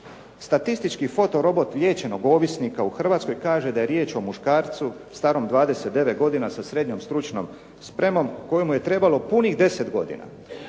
Statistički fotorobot liječenog ovisnika u Hrvatskoj kaže da je riječ o muškarcu starom 29 godina sa srednjom stručnom spremom kojemu je trebalo punih 10 godina